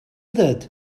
that